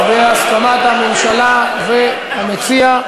אז בהסכמת הממשלה והמציע,